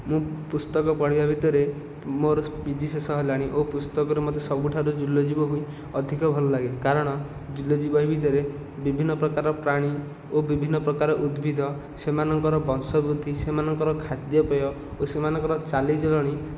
ମୁଁ ପୁସ୍ତକ ପଢ଼ିବା ଭିତରେ ମୋର ପିଜି ଶେଷ ହେଲାଣି ଓ ପୁସ୍ତକରେ ମୋତେ ସବୁଠାରୁ ଜୁଲୋଜୀ ବହି ଅଧିକ ଭଲଲାଗେ କାରଣ ଜୁଲୋଜୀ ବହି ଭିତରେ ବିଭିନ୍ନ ପ୍ରକାର ପ୍ରାଣୀ ଓ ବିଭିନ୍ନ ପ୍ରକାର ଉଦ୍ଭିଦ ସେମାନଙ୍କର ବଂଶବୃଦ୍ଧି ସେମାନଙ୍କର ଖାଦ୍ୟପେୟ ଓ ସେମାନଙ୍କର ଚାଲିଚଳଣି